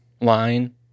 line